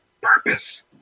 purpose